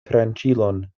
tranĉilon